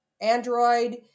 Android